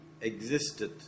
existed